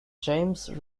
james